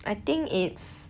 I think it's